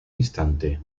instante